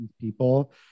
people